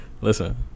Listen